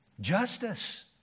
Justice